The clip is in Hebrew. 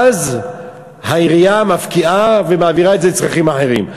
אז העירייה מפקיעה ומעבירה את זה לצרכים אחרים.